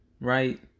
Right